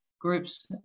groups